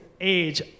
age